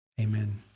Amen